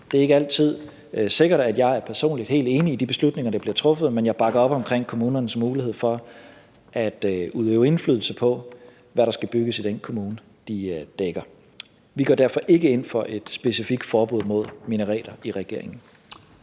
Det er ikke altid sikkert, at jeg personligt er helt enig i de beslutninger, der bliver truffet, men jeg bakker op om kommunernes mulighed for at udøve indflydelse på, hvad der skal bygges i den kommune, de dækker. Vi går derfor i regeringen ikke ind for et specifikt forbud mod minareter.